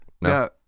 No